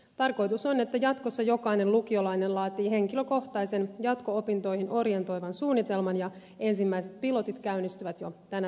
tarkoitus on että jatkossa jokainen lukiolainen laatii henkilökohtaisen jatko opintoihin orientoivan suunnitelman ja ensimmäiset pilotit käynnistyvät jo tänä syksynä